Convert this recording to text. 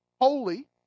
holy